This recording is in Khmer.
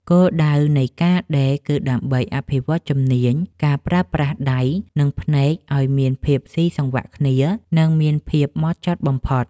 គោលដៅនៃការដេរគឺដើម្បីអភិវឌ្ឍជំនាញការប្រើប្រាស់ដៃ និងភ្នែកឱ្យមានភាពស៊ីសង្វាក់គ្នា និងមានភាពហ្មត់ចត់បំផុត។